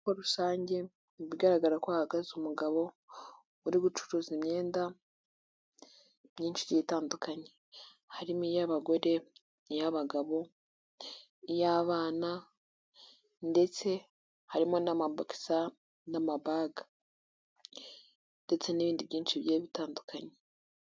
Isoko rusange mu bigaragara ko ha ahagaze umugabo uri gucuruza imyenda myinshi itandukanye. Harimo iy'abagore, iy'abagabo, iy'abana ndetse harimo n'amaboxer n'amabag. Ndetse n'ibindi byinshi bigiye bitandukanye.